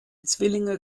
zwillinge